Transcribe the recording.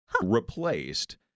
replaced